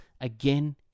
again